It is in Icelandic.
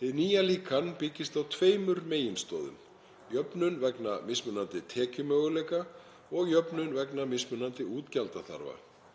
Hið nýja líkan byggist á tveimur meginstoðum, jöfnun vegna mismunandi tekjumöguleika og jöfnun vegna mismunandi útgjaldaþarfa,